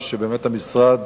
ושמשרד